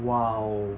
!wow!